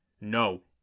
No